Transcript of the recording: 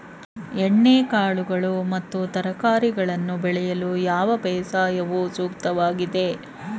ಎಣ್ಣೆಕಾಳುಗಳು ಮತ್ತು ತರಕಾರಿಗಳನ್ನು ಬೆಳೆಯಲು ಯಾವ ಬೇಸಾಯವು ಸೂಕ್ತವಾಗಿದೆ?